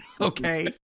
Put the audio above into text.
okay